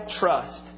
trust